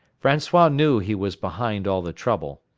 francois knew he was behind all the trouble,